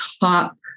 top